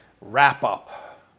wrap-up